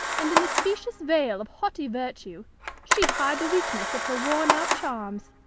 and in the specious veil of haughty virtue she'd hide the weakness of her worn-out charms.